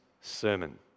sermon